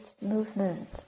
movement